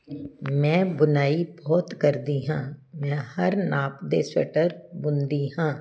ਮੈਂ ਬੁਣਾਈ ਬਹੁਤ ਕਰਦੀ ਹਾਂ ਮੈਂ ਹਰ ਨਾਪ ਦੇ ਸਵੈਟਰ ਬੁਣਦੀ ਹਾਂ